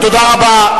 תודה רבה.